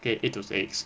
okay eight to six